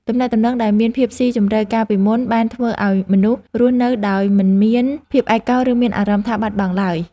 ទំនាក់ទំនងដែលមានភាពស៊ីជម្រៅកាលពីមុនបានធ្វើឱ្យមនុស្សរស់នៅដោយមិនមានភាពឯកោ ឬមានអារម្មណ៍ថាបាត់បង់ឡើយ។